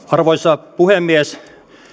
arvoisa puhemies